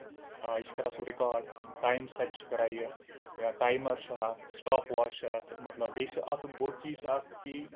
یہِ چھ کرن سُہ رِکارڑ ٹایم سیٹ چھُ کران یہِ ٹایمر چھُ اَتھ سٔٹاپ واچ چھُ اَتھ مطلب بیٚیہِ چھُ اَتھ مطلب بوٚڑ چیٖز چھُ اَتھ کہِ